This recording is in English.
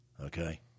Okay